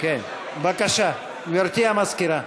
בבקשה, גברתי המזכירה.